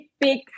big